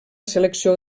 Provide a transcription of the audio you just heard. selecció